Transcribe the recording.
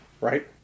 right